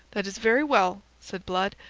that is very well, said blood.